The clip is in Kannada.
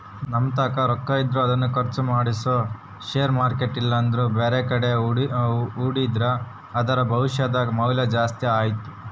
ನಮ್ಮತಾಕ ರೊಕ್ಕಿದ್ರ ಅದನ್ನು ಖರ್ಚು ಮಾಡದೆ ಷೇರು ಮಾರ್ಕೆಟ್ ಇಲ್ಲಂದ್ರ ಬ್ಯಾರೆಕಡೆ ಹೂಡಿದ್ರ ಅದರ ಭವಿಷ್ಯದ ಮೌಲ್ಯ ಜಾಸ್ತಿ ಆತ್ತು